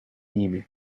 ними